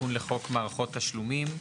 תיקון לחוק מערכות תשלומים.